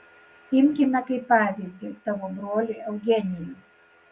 imkime kaip pavyzdį tavo brolį eugenijų